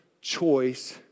choice